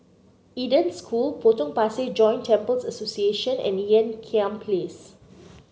Eden School Potong Pasir Joint Temples Association and Ean Kiam Place